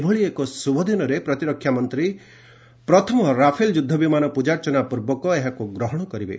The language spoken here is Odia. ଏଭଳି ଏକ ଶୁଭ ଦିନରେ ପ୍ରତିରକ୍ଷା ମନ୍ତ୍ରୀ ପ୍ରଥମ ରାଫେଲ ଯୁଦ୍ଧ ବିମାନ ପୂଜାର୍ଚ୍ଚନା ପୂର୍ବକ ଏହାକୁ ଗ୍ରହଣ କରିବେ